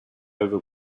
over